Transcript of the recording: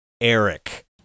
Eric